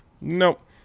nope